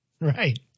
Right